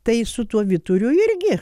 tai su tuo vyturiu irgi